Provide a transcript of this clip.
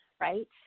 right